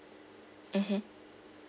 mmhmm